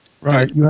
Right